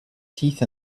teeth